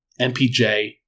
MPJ